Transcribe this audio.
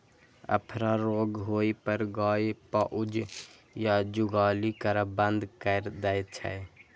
अफरा रोग होइ पर गाय पाउज या जुगाली करब बंद कैर दै छै